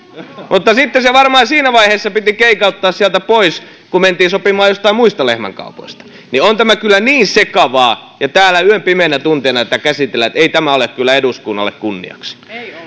mutta sitten se varmaan siinä vaiheessa piti keikauttaa sieltä pois kun mentiin sopimaan joistain muista lehmänkaupoista kun tämä on niin sekavaa ja täällä yön pimeinä tunteina tätä käsitellään niin ei tämä ole kyllä eduskunnalle kunniaksi